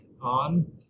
on